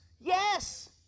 Yes